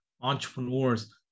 entrepreneurs